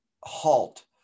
halt